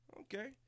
Okay